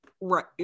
right